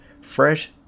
fresh